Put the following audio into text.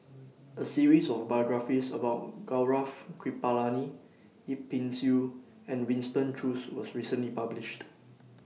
A series of biographies about Gaurav Kripalani Yip Pin Xiu and Winston Choos was recently published